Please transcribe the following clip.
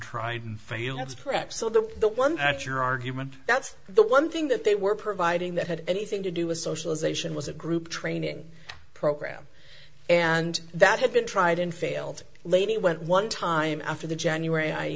prep so that the one that your argument that's the one thing that they were providing that had anything to do with socialization was a group training program and that had been tried and failed lady went one time after the january i